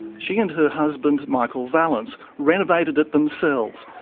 she and her husband, michael vallance, renovated it themselves,